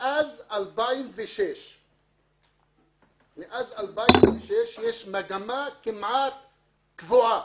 מאז 2006 יש מגמה כמעט קבועה,